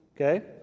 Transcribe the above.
okay